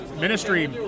Ministry